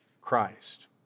Christ